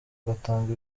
agatanga